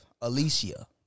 Alicia